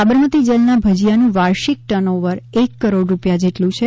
સાબરમતી જેલના ભજિયાનું વાર્ષિક ટન ઓવર એક કરોડ રૂપિયા જેટલું છે